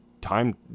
time